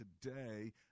today